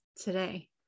today